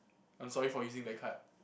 I'm sorry for using that card